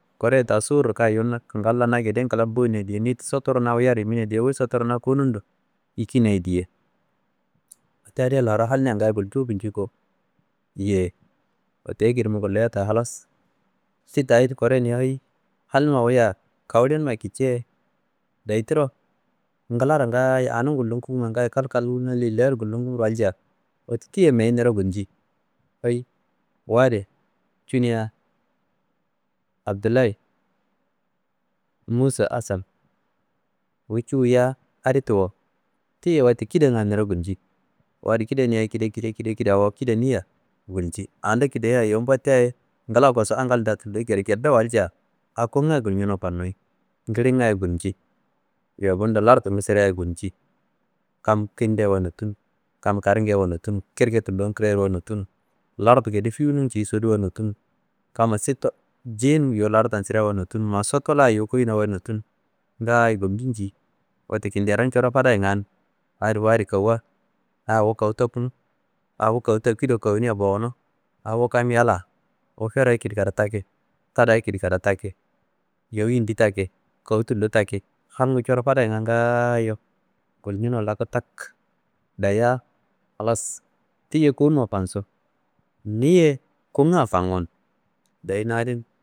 Kureye taa sorro kayi yuwu na kangal la na geden kla mboneyi diye, niyi sottoro na wuyaro yiminayi ye diye, wuyi sottoro na konundo yikina ye diye. Wette adiyedi laro halna ngayi gulcu kuncuko. Yeyi wette akedi mu guliya taa halas ti tayi kureyi ni hayi halnumma wuyiya kawulinumma kiciyiye dayi tiro ngilaro ngayiyo anum gulum kuma kalkal lillayiro gullum kumro walca, wette tiyiye meyi niro gulci, hayi wu adi cuniya Abdullayi Musa Asan wu cu wuya adi tiwo, tiyiye wette kidanga niro gulci wu adi kidaniya ekedi ekedi ekedi awo kidaniya gulci, aando kidayiya juwu mbottia ngila kosu, angalnda tulloyi gede gedo walca a kongaa gulcuno fanuyi, ngilinga ye gulci, yowu bundo lardungu sira ye gulci, kam kintuyewa notunu, kam karunguyewa notunu, kirke tullon kidayewayi notunu, lardu gede fiyuwu ciyi soduwayi notunu, kamma sito jiyin yuwu lardan sirewayi notunu, maa soto la yuwu koyinawa notunu, ngaayo gulcu nji. Wette kinderom coro fadaye ngan, wu adi wu adi kowuwa, aa wu kawu tokunu, aa wu kawu takido kawuniya bowuno, aa wu kam yalla, wu fere ekedi kada taki, tada ekedi kada taki, yowu yindi taki, kawu tullo taki, halngu coro fadayenga ngaayo gulcuno laku tak dayiya halas ti- ye konumma fansu, niyi ye konga fankun deyi na adin